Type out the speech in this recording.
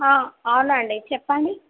అవునండి చెప్పండి